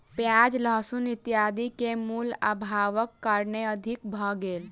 प्याज लहसुन इत्यादि के मूल्य, अभावक कारणेँ अधिक भ गेल